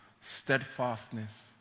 steadfastness